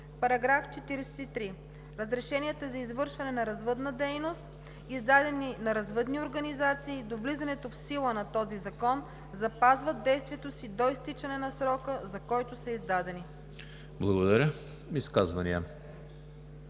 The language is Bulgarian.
§ 43: „§ 43. Разрешенията за извършване на развъдна дейност, издадени на развъдни организации до влизането в сила на този закон, запазват действието си до изтичане на срока, за който са издадени.“ ПРЕДСЕДАТЕЛ